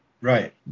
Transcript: right